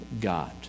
God